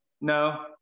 no